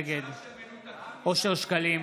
נגד אושר שקלים,